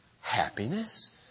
happiness